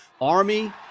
army